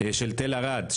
תל ערד.